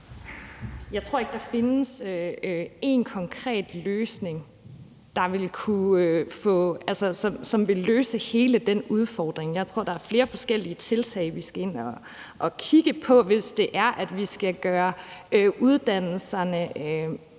Jeg tror ikke, at der findes én konkret løsning, der ville kunne løse hele den udfordring. Jeg tror, at der er flere forskellige tiltag, som vi skal ind at kigge på, hvis vi skal gøre uddannelserne